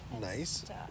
Nice